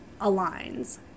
aligns